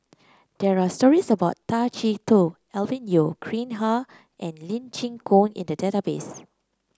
there are stories about Tay Chee Toh Alvin Yeo Khirn Hai and Lee Chin Koon in the database